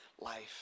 life